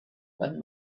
and